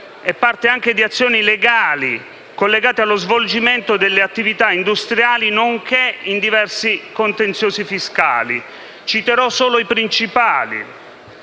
e in azioni legali collegati allo svolgimento delle attività industriali, nonché in diversi contenziosi fiscali». Di questi, citerò solo i principali: